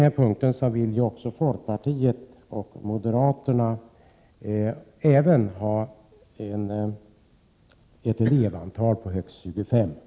Även folkpartiet och moderaterna vill ha ett elevantal av högst 25. Men Prot.